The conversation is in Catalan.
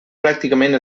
pràcticament